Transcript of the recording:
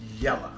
Yellow